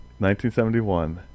1971